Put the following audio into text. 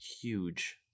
huge